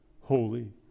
holy